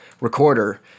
recorder